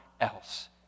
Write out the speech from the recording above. else